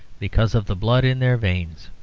because of the blood in their veins.